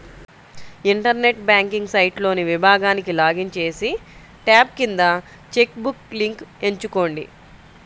internet banking సైట్లోని విభాగానికి login చేసి, ట్యాబ్ కింద చెక్ బుక్ లింక్ ఎంచుకోండి